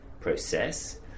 process